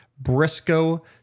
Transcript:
Briscoe